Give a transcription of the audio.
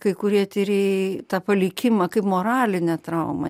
kai kurie tyrėjai tą palikimą kaip moralinę traumą